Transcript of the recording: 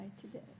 today